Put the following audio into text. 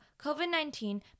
COVID-19